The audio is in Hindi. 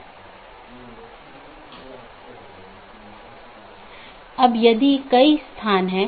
क्योंकि यह एक बड़ा नेटवर्क है और कई AS हैं